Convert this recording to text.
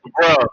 bro